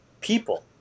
people